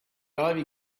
ivy